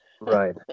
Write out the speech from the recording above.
Right